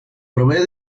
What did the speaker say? provee